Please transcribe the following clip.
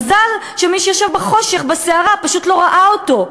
מזל שמי שיושב בחושך, בסערה, פשוט לא ראה אותו,